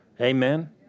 Amen